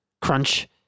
crunch